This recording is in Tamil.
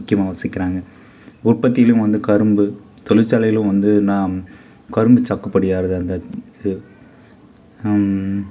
முக்கியமாக வசிக்கிறாங்க உற்பத்திலையும் வந்து கரும்பு தொழிற்சாலையிலும் வந்துனா கரும்பு சாகுபடி அந்த இது